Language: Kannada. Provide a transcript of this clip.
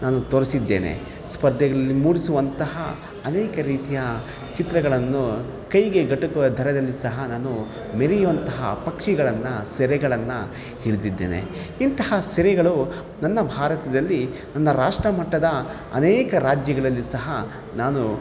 ನಾನು ತೋರಿಸಿದ್ದೇನೆ ಸ್ಪರ್ದೆಗಳಲ್ಲಿ ಮೂಡಿಸುವಂಥಹ ಅನೇಕ ರೀತಿಯ ಚಿತ್ರಗಳನ್ನು ಕೈಗೆ ಗಟಕುವ ದರದಲ್ಲಿ ಸಹ ನಾನು ಮೆರಿಯುವಂತಹ ಪಕ್ಷಿಗಳನ್ನು ಸೆರೆಗಳನ್ನು ಹಿಡಿದಿದ್ದೇನೆ ಇಂತಹ ಸೆರೆಗಳು ನನ್ನ ಭಾರತದಲ್ಲಿ ನನ್ನ ರಾಷ್ಟ್ರಮಟ್ಟದ ಅನೇಕ ರಾಜ್ಯಗಳಲ್ಲಿ ಸಹ ನಾನು